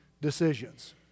decisions